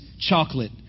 chocolate